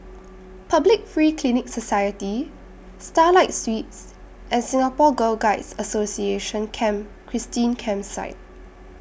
Public Free Clinic Society Starlight Suites and Singapore Girl Guides Association Camp Christine Campsite